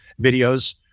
videos